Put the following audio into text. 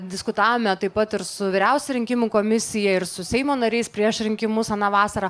diskutavome taip pat ir su vyriausiąja rinkimų komisija ir su seimo nariais prieš rinkimus aną vasarą